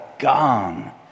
gone